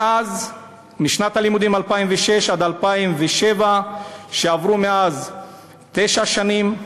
מאז, משנת הלימודים 2006/07, ועברו תשע שנים,